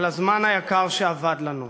על הזמן היקר שאבד לנו.